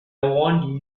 want